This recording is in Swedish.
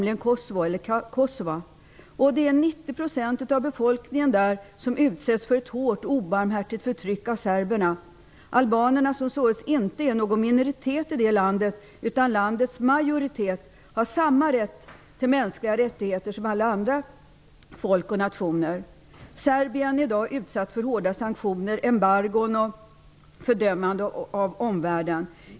I Kosova utsätts 90 % av befolkningen för ett hårt och obarmhärtigt förtryck av serberna. Albanerna, som inte är någon minoritet i landet utan utgör en majoritet av landets befolkning, har samma rätt till mänskliga rättigheter som alla andra folk och nationer. Serbien är i dag utsatt för hårda sanktioner, embargon och fördömanden från omvärlden.